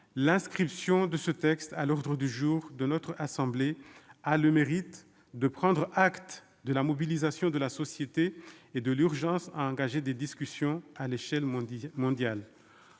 L'inscription de ce texte à l'ordre du jour de notre assemblée a le mérite de prendre acte de la mobilisation de la société et de l'urgence à engager des discussions à l'échelle mondiale.